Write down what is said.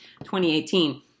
2018